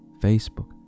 Facebook